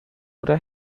oder